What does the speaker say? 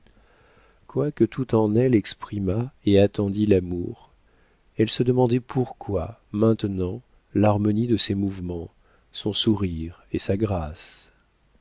monde quoique tout en elle exprimât et attendît l'amour elle se demandait pourquoi maintenant l'harmonie de ses mouvements son sourire et sa grâce